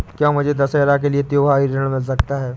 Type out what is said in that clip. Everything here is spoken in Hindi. क्या मुझे दशहरा के लिए त्योहारी ऋण मिल सकता है?